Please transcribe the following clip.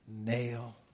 nail